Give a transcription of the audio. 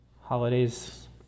holidays